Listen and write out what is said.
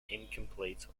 incomplete